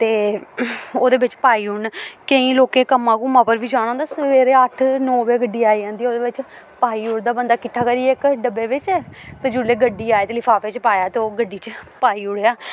ते ओह्दे बिच्च पाई ओड़न केईं लोकें कम्म घूम्म पर बी जाना होंदा सवेरे अट्ठ नौ बजे गड्डी आई जंदी ओह्दे बिच्च पाई ओड़दा बंदा किट्ठा करियै इक डब्बे बिच्च ते जेल्लै गड्डी आए ते लफाफे च पाया ते ओह् गड्डी च पाई ओड़ेआ